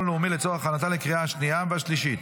לאומי לצורך הכנתה לקריאה השנייה והשלישית.